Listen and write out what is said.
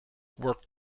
work